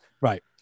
right